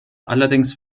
allerdings